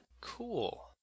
Cool